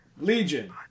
Legion